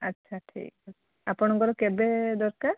ଆଚ୍ଛା ଆପଣଙ୍କର କେବେ ଦରକାର